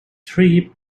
three